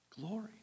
Glory